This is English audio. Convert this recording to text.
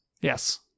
Yes